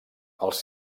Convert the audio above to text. els